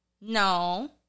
no